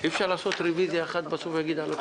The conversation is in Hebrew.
אי אפשר לעשות רוויזיה אחת על הכול?